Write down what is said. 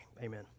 Amen